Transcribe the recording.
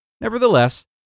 Nevertheless